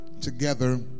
together